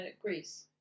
Greece